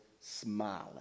smiling